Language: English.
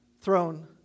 throne